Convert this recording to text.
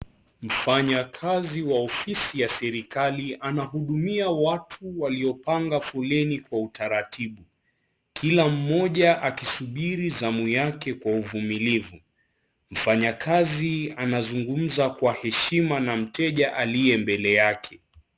Mfanyakazi wa ofisi ya serikali anahudumia watu waliopanga foleni kwa utaratibu. Kila mmoja akisubiri zamu yake kwa uvumilivu mfanyakazi anazungumza kwa heshima na mteja aliye mbele yake.